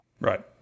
Right